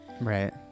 Right